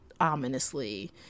ominously